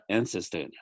Ancestor